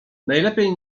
najlepiej